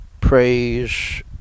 Praise